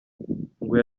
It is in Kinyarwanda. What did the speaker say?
ngo